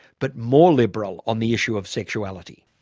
but more liberal on the issue of sexuality.